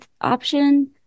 option